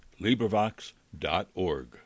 LibriVox.org